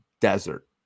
desert